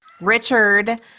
Richard